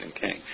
king